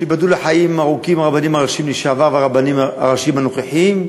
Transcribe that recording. שייבדלו לחיים ארוכים הרבנים הראשיים לשעבר והרבנים הראשיים הנוכחיים.